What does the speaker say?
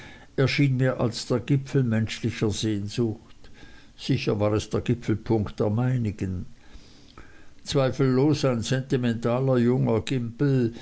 erschien mir als der gipfel menschlicher sehnsucht sicher war es der gipfelpunkt der meinigen zweifellos ein sentimentaler junger